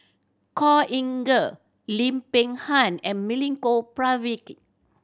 Khor Ean Ghee Lim Peng Han and Milenko Prvacki